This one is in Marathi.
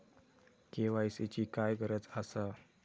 के.वाय.सी ची काय गरज आसा?